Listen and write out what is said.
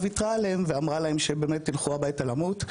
ויתרה עליהם ואמרה להם שילכו הביתה למות.